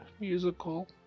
musical